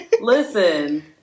Listen